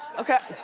okay?